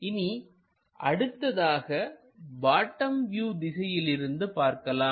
இனி அடுத்ததாக bottom view திசையிலிருந்து பார்க்கலாம்